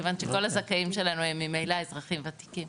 מכיוון שכל הזכאים שלנו הם ממילא אזרחים וותיקים